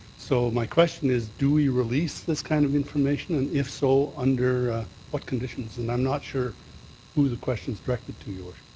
so my question is, do we release this kind of information, and, if so, under what conditions? and i'm not sure who the question is directed to, your